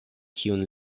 kiun